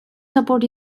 support